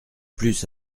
plus